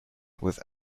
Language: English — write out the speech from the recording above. with